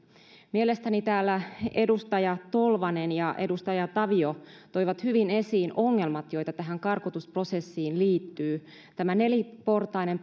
mielestäni täällä edustaja tolvanen ja edustaja tavio toivat hyvin esiin ongelmat joita tähän karkotusprosessiin liittyy tämä neliportainen